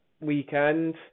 weekend